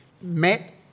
met